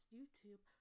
YouTube